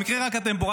במקרה רק אתם פה,